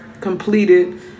completed